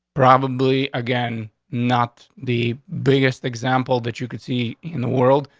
probably again. not the biggest example that you could see in the world.